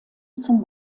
zum